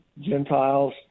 Gentiles